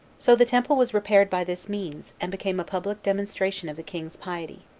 so the temple was repaired by this means, and became a public demonstration of the king's piety.